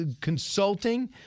consulting